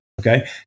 Okay